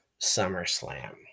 SummerSlam